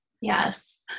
Yes